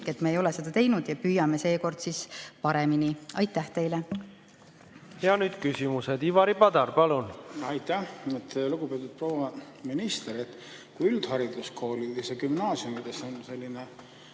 et me ei ole seda teinud. Püüame seekord paremini. Aitäh teile! Ja nüüd küsimused. Ivari Padar, palun! Aitäh! Lugupeetud proua minister! Kui üldhariduskoolides ja gümnaasiumides on jätkuv